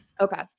Okay